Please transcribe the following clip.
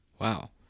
Wow